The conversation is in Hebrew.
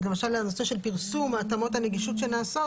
למשל הנושא של פרסום התאמות הנגישות שנעשות,